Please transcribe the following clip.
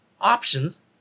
options